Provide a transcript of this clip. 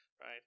Right